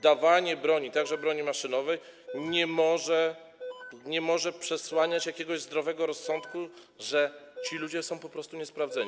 Dawanie broni, także broni maszynowej, nie może przesłaniać jakiegoś zdrowego rozsądku, że ci ludzie są po prostu niesprawdzeni.